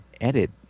edit